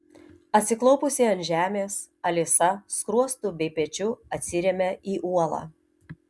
atsiklaupusi ant žemės alisa skruostu bei pečiu atsiremia į uolą